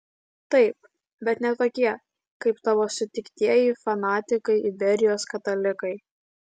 taip bet ne tokie kaip tavo sutiktieji fanatikai iberijos katalikai